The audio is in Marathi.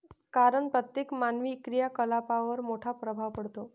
कारण प्रत्येक मानवी क्रियाकलापांवर मोठा प्रभाव पडतो